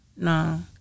No